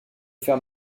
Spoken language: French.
faire